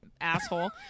asshole